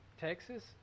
Texas